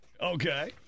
okay